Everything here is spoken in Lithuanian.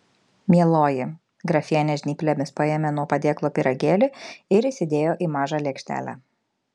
mieloji grafienė žnyplėmis paėmė nuo padėklo pyragėlį ir įsidėjo į mažą lėkštelę